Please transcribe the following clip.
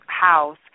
house